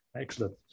Excellent